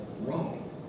wrong